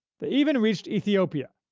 they even reached ethiopia,